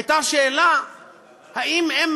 היה השאלה אם הם